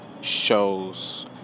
shows